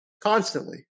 constantly